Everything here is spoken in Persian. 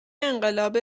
انقلاب